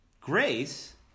Grace